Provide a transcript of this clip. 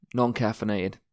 Non-caffeinated